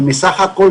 מהסך הכול,